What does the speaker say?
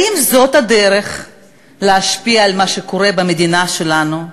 האם זאת הדרך להשפיע על מה שקורה במדינה שלנו?